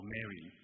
Mary